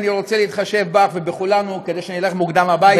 אני רוצה להתחשב בך ובכולנו כדי שנלך מוקדם הביתה,